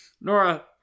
Nora